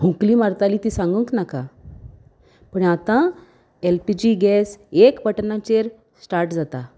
खोंकली मारताली ती सांगूंक नाका पूण आतां एल पी जी गॅस एक बटनाचेर स्टार्ट जाता